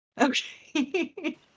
Okay